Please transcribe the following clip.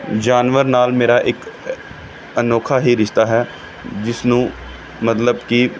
ਜਾਨਵਰ ਨਾਲ ਮੇਰਾ ਇੱਕ ਅਨੋਖਾ ਹੀ ਰਿਸ਼ਤਾ ਹੈ ਜਿਸਨੂੰ ਮਤਲਬ ਕਿ